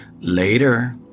Later